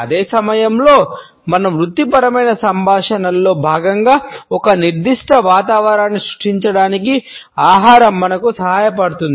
అదే సమయంలో మన వృత్తిపరమైన సంభాషణల్లో భాగంగా ఒక నిర్దిష్ట వాతావరణాన్ని సృష్టించడానికి ఆహారం మనకు సహాయపడుతుంది